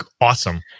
awesome